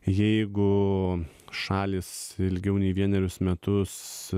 jeigu šalys ilgiau nei vienerius metus